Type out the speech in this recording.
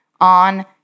on